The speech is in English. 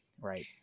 right